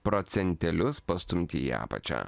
procentėlius pastumti į apačią